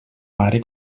mare